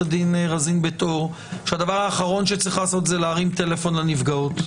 הדין רזין בית אור שהדבר האחרון שצריך לעשות זה להרים טלפון לנפגעות.